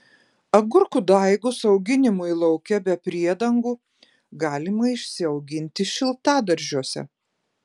agurkų daigus auginimui lauke be priedangų galima išsiauginti šiltadaržiuose